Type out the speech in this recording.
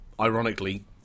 ironically